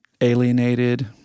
alienated